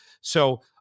So-